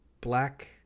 Black